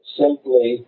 simply